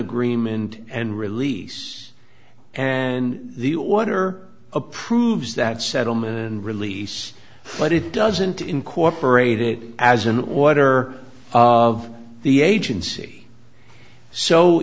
agreement and release and the order approves that settlement and release but it doesn't incorporate it as an order of the agency so